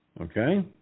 Okay